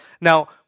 Now